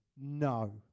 No